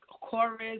chorus